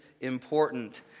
important